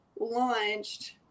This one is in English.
launched